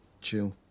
Chill